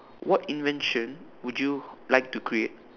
what invention would you like to create